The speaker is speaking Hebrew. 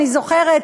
אני זוכרת,